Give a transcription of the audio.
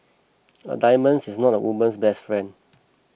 a diamond is not a woman's best friend